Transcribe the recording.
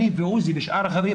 אני ועוזי ושאר החברים,